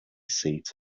seat